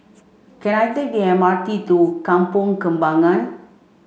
can I take the M R T to Kampong Kembangan